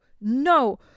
no